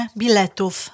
biletów